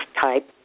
type